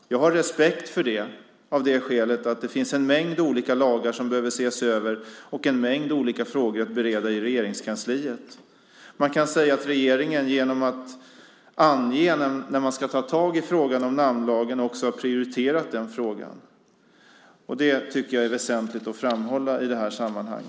Jag har respekt för det av det skälet att det finns en mängd olika lagar som behöver ses över och en mängd olika frågor att bereda i Regeringskansliet. Man kan säga att regeringen genom att ange när man ska ta tag i frågan om namnlagen också har prioriterat den frågan. Det tycker jag är väsentligt att framhålla i detta sammanhang.